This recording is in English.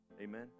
amen